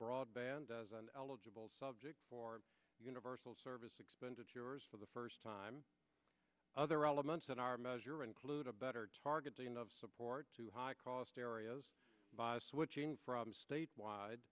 broadband as an eligible subject for universal service expenditures for the first time other elements in our measure include a better targeting of support to high cost areas by switching from state wide